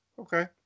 okay